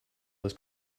this